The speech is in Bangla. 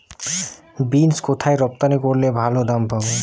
বিন্স কোথায় রপ্তানি করলে ভালো দাম পাব?